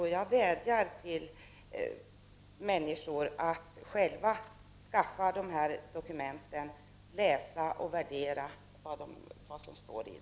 Jag vill vädja till dessa människor att själva skaffa de här dokumenten och läsa och värdera vad som står i dem.